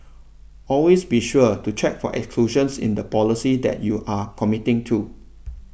always be sure to check for exclusions in the policy that you are committing to